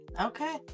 okay